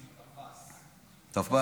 טפסן.